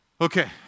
Okay